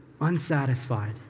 unsatisfied